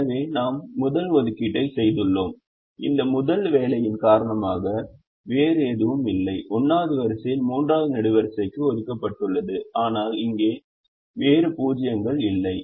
எனவே நாம் முதல் ஒதுக்கீட்டை செய்துள்ளோம் இந்த முதல் வேலையின் காரணமாக வேறு எதுவும் இல்லை 1 வது வரிசை 3 வது நெடுவரிசைக்கு ஒதுக்கப்பட்டுள்ளது ஆனால் இங்கே வேறு 0 கள் இல்லை